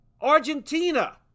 Argentina